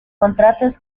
contratos